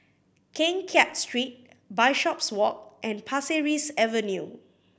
Keng Kiat Street Bishopswalk and Pasir Ris Avenue